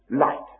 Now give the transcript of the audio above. Light